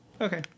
Okay